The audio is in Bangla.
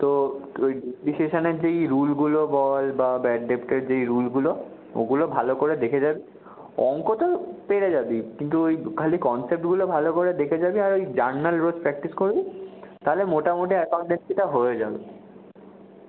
তো এই তুই বিশেষণের যেই রুলগুলো বল বা ব্যাড ডেপ্টের যে রুলগুলো ওগুলো ভালো করে দেখে যাবি অংক তো পেরে যাবি কিন্তু ওই খালি কনসেপ্টগুলো ভালো করে দেখে যাবি আর ওই জার্নাল রোজ প্র্যাক্টিস করবি তাহলে মোটামুটি অ্যাকাউন্টেন্সিটা হয়ে যাবে